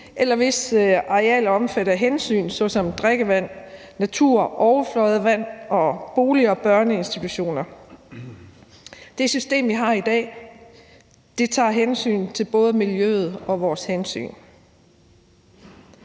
eller hvis arealet er omfattet af regler om hensyn til f.eks. drikkevand, natur og overfladevand samt boliger og børneinstitutioner. Det system, vi har i dag, tager hensyn til både miljøet og os.